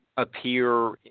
Appear